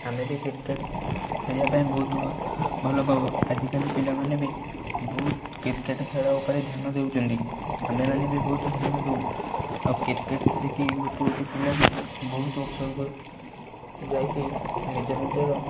ଆମେ ବି କ୍ରିକେଟ ଖେଳିବା ପାଇଁ ବହୁତ ଭଲ ଭଲ ପାଉ ଆଜିକାଲି ପିଲା ମାନେ ବି ବହୁତ କ୍ରିକେଟ ଖେଳ ଉପରେ ଧ୍ୟାନ ଦେଉଛନ୍ତି ଆମେ ମାନେ ବି ବହୁତ ଧ୍ୟାନ ଦେଉ ଆଉ କ୍ରିକେଟ ଖେଳି କି ଗୋଟେ ଗୋଟେ ପିଲା ବି ବହୁତ ଉପରକୁ ଯାଇକି ନିଜ ନିଜର